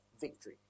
victory